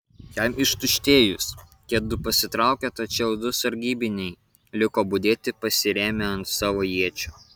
jam ištuštėjus tie du pasitraukė tačiau du sargybiniai liko budėti pasirėmę ant savo iečių